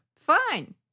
fine